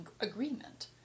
agreement